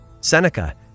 Seneca